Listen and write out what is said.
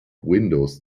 windows